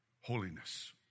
holiness